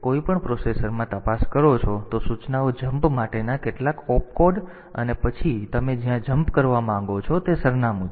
તેથી જો તમે કોઈપણ પ્રોસેસરમાં તપાસ કરો છો તો સૂચનાઓ જમ્પ માટેના કેટલાક ઓપ કોડ અને પછી તમે જ્યાં જમ્પ કરવાં માંગો છો તે સરનામું છે